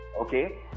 Okay